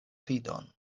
vidon